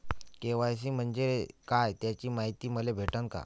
KYC म्हंजे काय त्याची मायती मले भेटन का?